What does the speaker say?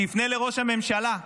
שיפנה לראש הממשלה.